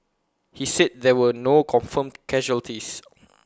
he said there were no confirmed casualties